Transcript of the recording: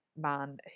man